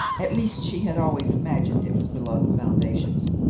at least she had always imagined it was below the foundations,